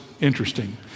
interesting